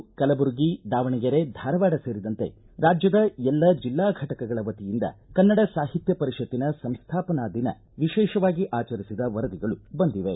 ರಾಯಚೂರು ಕಲಬುರಗಿ ದಾವಣಗೆರೆ ಧಾರವಾಡ ಸೇರಿದಂತೆ ರಾಜ್ಯದ ಎಲ್ಲ ಜಿಲ್ಲಾ ಘಟಕಗಳ ವತಿಯಿಂದ ಕನ್ನಡ ಸಾಹಿತ್ಯ ಪರಿಷತ್ತಿನ ಸಂಸ್ಥಾಪನಾ ದಿನ ವಿಶೇಷವಾಗಿ ಆಚರಿಸಿದ ವರದಿಗಳು ಬಂದಿವೆ